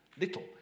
little